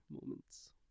moments